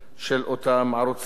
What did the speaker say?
של אותם ערוצים.